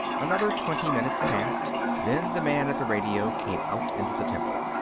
another twenty minutes passed. then the man at the radio came out into the temple.